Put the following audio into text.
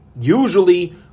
usually